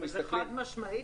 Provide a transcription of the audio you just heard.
זה חד-משמעי?